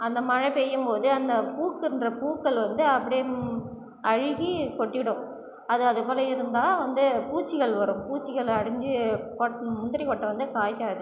அந்த மழை பெய்யும் போது அந்த பூக்கின்ற பூக்கள் வந்து அப்டி அழுகி கொட்டிடும் அது அது கூட இருந்தால் வந்து பூச்சிகள் வரும் பூச்சிகள் அடஞ்சி கொட் முந்திரி கொட்டை வந்து காய்காது